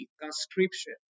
conscription